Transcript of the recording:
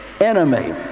enemy